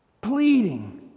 Pleading